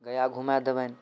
गया घुमा देबनि